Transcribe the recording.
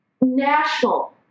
national